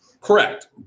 Correct